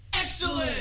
Excellent